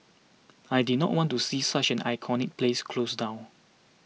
I did not want to see such an iconic place close down